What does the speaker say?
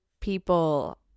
people